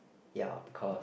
ya because